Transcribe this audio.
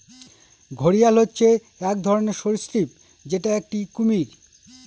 ঘড়িয়াল হচ্ছে এক ধরনের সরীসৃপ যেটা একটি কুমির